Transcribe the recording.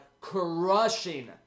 crushing